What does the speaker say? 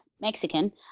Mexican